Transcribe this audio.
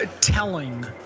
telling